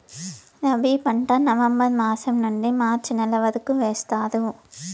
రబీ పంట నవంబర్ మాసం నుండీ మార్చి నెల వరకు వేస్తారు